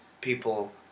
people